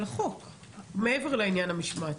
מעבר לעניין המשמעתי?